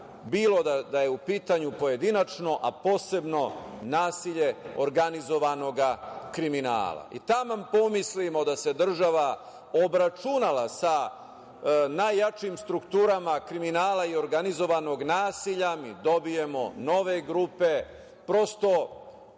bilo da je u pitanju pojedinačno, a posebno nasilje organizovanog kriminala. Taman pomislimo da se država obračunala sa najjačim strukturama kriminala i organizovanog nasilja, mi dobijemo nove grupe, prosto